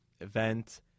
event